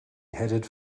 headed